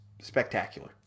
spectacular